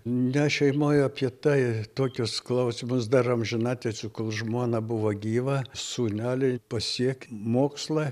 ne šeimoj apie tai tokius klausimus dar amžinatilsį kol žmona buvo gyva sūneliui pasiekt mokslą